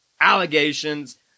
allegations